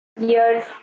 years